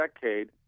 decade